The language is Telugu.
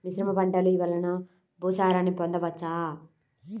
మిశ్రమ పంటలు వలన భూసారాన్ని పొందవచ్చా?